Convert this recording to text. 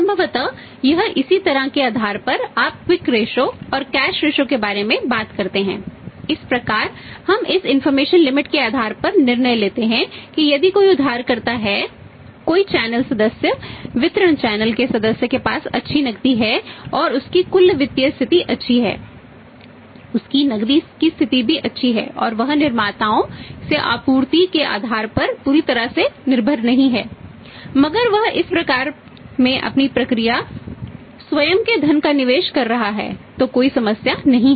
संभवतः या इसी तरह के आधार पर आप क्विक रेशो के सदस्य के पास अच्छी नकदी है और उसकी कुल वित्तीय स्थिति अच्छी है उसकी नकदी की स्थिति भी अच्छी है और वह निर्माताओं से आपूर्ति के आधार पर पूरी तरह से निर्भर नहीं है मगर वह इस प्रक्रिया में अपने स्वयं के धन का निवेश कर रहा है तो कोई समस्या नहीं है